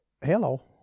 hello